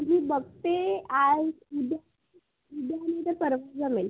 मी बघते आज उद्या उद्या नाहीतर परवा जमेल